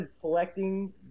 collecting